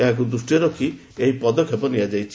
ଏହାକୁ ଦୃଷ୍ଟିରେ ରଖି ଏହି ପଦକ୍ଷେପ ନିଆଯାଇଛି